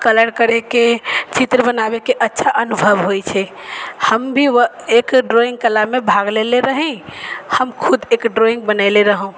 colour करैके चित्र बनाबेके अच्छा अनुभव होइत छै हम भी एक ड्रॉइङ्ग कलामे भाग लेले रही हम खुद एक ड्रॉइङ्ग बनेले रहौं